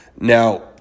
Now